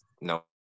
no